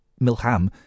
Milham